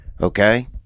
Okay